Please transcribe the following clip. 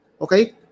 Okay